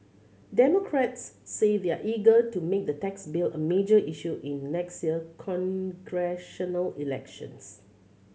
democrats say they're eager to make the tax bill a major issue in next year's congressional elections